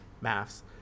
maths